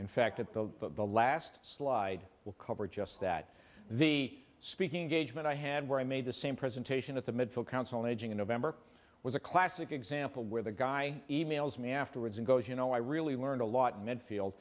fact that the the last slide will cover just that the speaking engagement i had where i made the same presentation at the midfield counsel edging in november was a classic example where the guy emails me afterwards and goes you know i really learned a lot in midfield